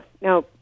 Now